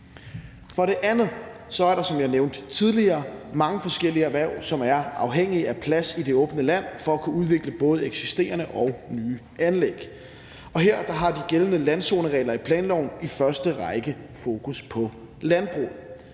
For det andet er der, som jeg nævnte tidligere, mange forskellige erhverv, som er afhængige af plads i det åbne land for at kunne udvikle både eksisterende og nye anlæg. Her har de gældende landzoneregler i planloven i første række fokus på landbruget.